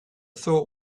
thought